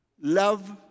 love